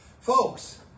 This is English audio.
folks